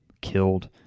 killed